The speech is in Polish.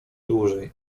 dłużej